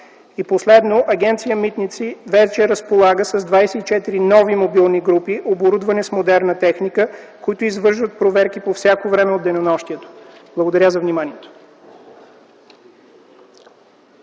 И последно, Агенция „Митници” вече разполага с 24 нови мобилни групи, оборудвани с модерна техника, които извършват проверки по всяко време от денонощието. Благодаря за вниманието.